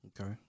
Okay